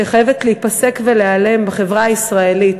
שחייבת להיפסק ולהיעלם מהחברה הישראלית.